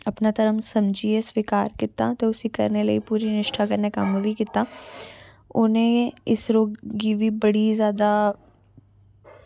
अपना धर्म समझियै सवीकार कीता ते उस्सी करने लेई पूरी निश्ठा कन्नै कम्म बी कीता उ'नें गै इसरो गी बी बड़ी जैदा